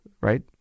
right